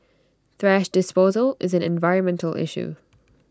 thrash disposal is an environmental issue